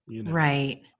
right